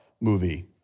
movie